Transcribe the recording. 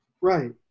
Right